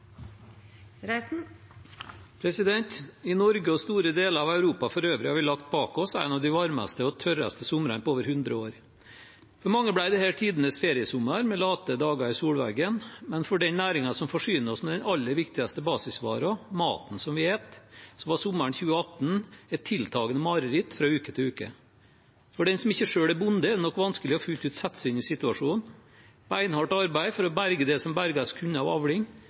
så raskt. I Norge og store deler av Europa for øvrig har vi lagt bak oss en av de varmeste og tørreste somrene på over hundre år. For mange ble dette tidenes feriesommer med late dager i solveggen, men for den næringen som forsyner oss med den aller viktigste basisvaren, maten vi spiser, var sommeren 2018 et tiltagende mareritt fra uke til uke. For den som ikke selv er bonde, er det nok vanskelig fullt ut å sette seg inn i situasjonen: beinhardt arbeid for å berge det som berges kunne av avling,